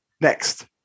Next